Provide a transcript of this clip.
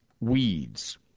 weeds